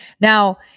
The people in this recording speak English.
Now